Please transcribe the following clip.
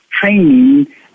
training